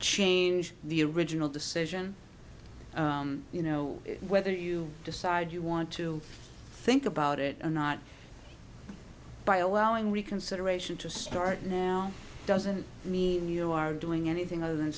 change the original decision you know whether you decide you want to think about it or not by allowing reconsideration to start now doesn't mean you are doing anything other than